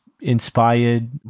inspired